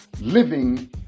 living